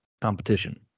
competition